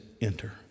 enter